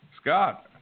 Scott